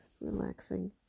Relaxing